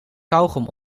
kauwgom